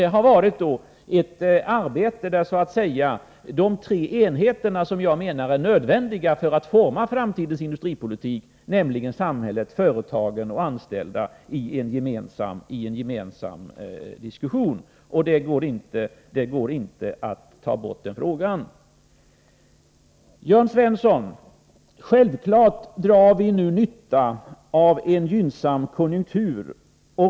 Det har varit ett arbete, där de tre enigheter som jag anser vara nödvändiga för att forma industripolitik, nämligen samhället, företagen och de anställda, samlats till gemensamma diskussioner. Jörn Svensson! Självfallet drar vi nu nytta av en gynnsam konjunktur.